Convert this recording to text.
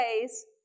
ways